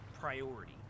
priority